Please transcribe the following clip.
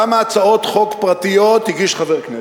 כמה הצעות חוק פרטיות הגיש חבר כנסת.